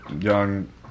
young